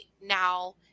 now